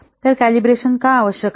तर कॅलिब्रेशन का आवश्यक आहे